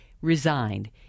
resigned